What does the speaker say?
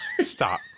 Stop